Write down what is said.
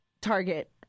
target